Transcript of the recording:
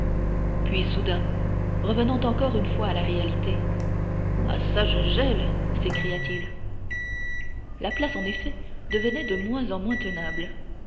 puis soudain revenant encore une fois à la réalité ah çà je gèle s'écria-t-il la place en effet devenait de moins en moins tenable